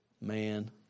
man